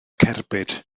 cerbyd